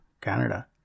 Canada